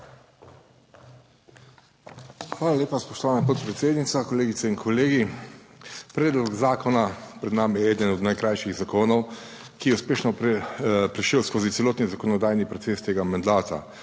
Hvala lepa, spoštovana podpredsednica. Kolegice in kolegi! Predlog zakona pred nami je eden od najkrajših zakonov, ki je uspešno prišel skozi celoten zakonodajni proces tega mandata.